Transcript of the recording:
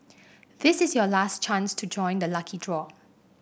this is your last chance to join the lucky draw